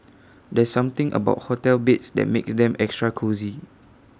there's something about hotel beds that makes them extra cosy